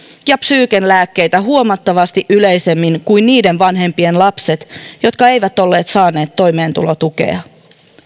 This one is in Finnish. ja psyykenlääkkeitä huomattavasti yleisemmin kuin niiden vanhempien lapset jotka eivät olleet saaneet toimeentulotukea